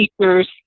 teachers